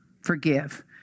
forgive